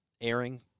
airing